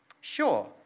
Sure